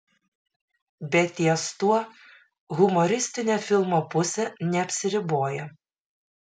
bet ties tuo humoristinė filmo pusė neapsiriboja